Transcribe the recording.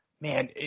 man